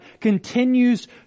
continues